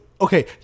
okay